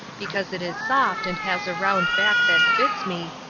because it is soft and has a round back that fits me,